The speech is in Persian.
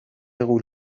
غول